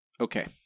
Okay